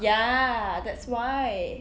ya that's why